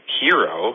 hero